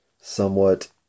somewhat